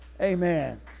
amen